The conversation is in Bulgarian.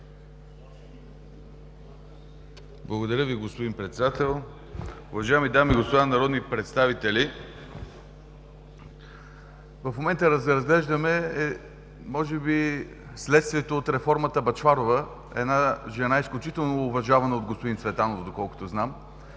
Благодаря Ви, господин Председател. Уважаеми дами и господа народни представители! В момента разглеждаме може би следствията от реформата Бъчварова – една жена, изключително уважавана от господин Цветанов, доколкото знам